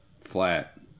Flat